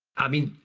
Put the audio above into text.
i mean,